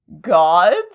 gods